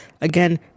Again